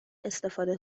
استفاده